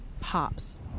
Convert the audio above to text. Pops